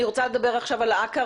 אני רוצה לדבר עכשיו על העקר,